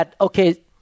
okay